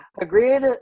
agreed